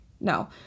No